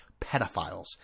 pedophiles